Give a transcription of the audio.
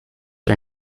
are